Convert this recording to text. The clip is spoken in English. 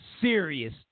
serious